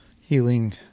healing